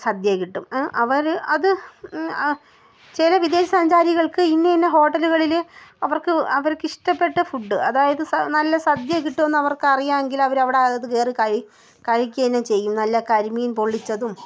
സദ്യ കിട്ടും അവർ അത് ചില വിദേശസഞ്ചാരികൾക്ക് ഇന്ന ഇന്ന ഹോട്ടലുകളിൽ അവർക്ക് അവർക്കിഷ്ടപ്പെട്ട ഫുഡ് അതായത് നല്ല സദ്യ കിട്ടുമെന്ന് അവർക്ക് അറിയാമെങ്കിൽ അവർ അവിടെ അത് കയറി കഴിക്കുകതന്നെ ചെയ്യും നല്ല കരിമീൻ പൊള്ളിച്ചതും